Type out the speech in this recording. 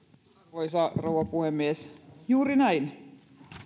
arvoisa rouva puhemies juuri näin